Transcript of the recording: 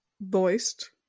voiced